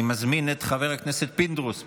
אני מזמין את חבר הכנסת פינדרוס,